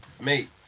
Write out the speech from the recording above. mate